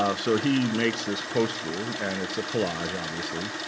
ah so he makes this poster, and it's a collage, obviously.